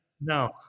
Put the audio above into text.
No